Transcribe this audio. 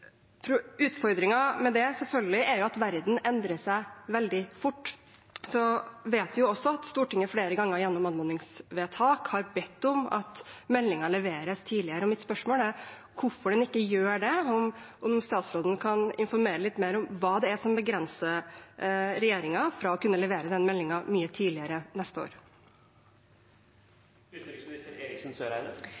med det – selvfølgelig – er at verden endrer seg veldig fort. Så vet vi også at Stortinget flere ganger gjennom anmodningsvedtak har bedt om at meldingen leveres tidligere. Mitt spørsmål er hvorfor man ikke gjør det, om statsråden kan informere litt mer om hva det er som begrenser regjeringen fra å kunne levere den meldingen mye tidligere neste år.